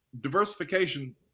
diversification